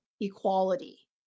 equality